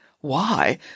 Why